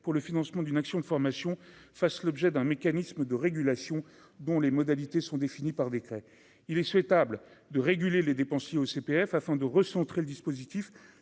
pour le financement d'une action de formation fassent l'objet d'un mécanisme de régulation dont les modalités sont définies par décret, il est souhaitable de réguler les dépensiers au CPF afin de recentrer le dispositif